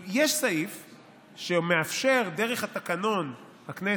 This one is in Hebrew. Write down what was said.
יש סעיף שמאפשר, דרך תקנון הכנסת,